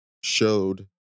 showed